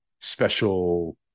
special